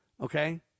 okay